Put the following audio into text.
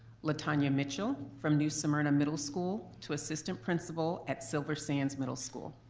latonya mitchell from new smyrna middle school to assistant principal at silver sands middle school.